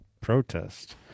protest